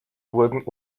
wurden